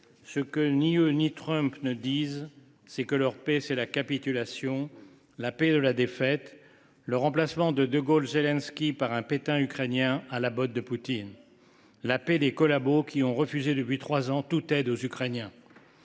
Ce que ni eux ni Trump ne disent, c’est que leur paix, c’est la capitulation, la paix de la défaite, le remplacement de « de Gaulle Zelensky » par un « Pétain ukrainien » à la botte de Poutine, la paix des collabos qui ont refusé depuis trois ans toute aide aux Ukrainiens